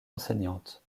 enseignante